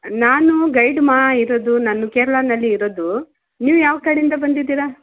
ನಾನು ಗೈಡ್ ಮಾ ಇರೋದು ನಾನು ಕೇರಳನಲ್ಲಿ ಇರೋದು ನೀವು ಯಾವ ಕಡೆಯಿಂದ ಬಂದಿದ್ದೀರ